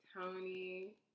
Tony